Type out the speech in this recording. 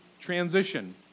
transition